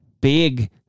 big